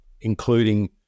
including